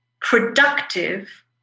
productive